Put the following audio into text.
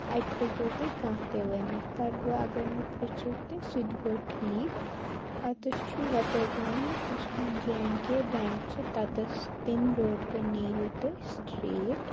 اَتہِ ہٮ۪کیو تۄہہِ کانٛہہ تہِ ؤنِتھ پر وۄنۍ اگر نہٕ پِرٛژھِو تہِ سُہ تہِ گوٚو ٹھیٖک اَتٮ۪س چھُو ؤتٕر گام یُس جے اینڈ کے بینٛک چھِ تَتَس تٔمۍ روڈٕ کٔنۍ نیٖریوٗ تُہۍ سِٹرٛیٹ